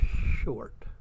short